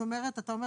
זאת אומרת, אתה אומר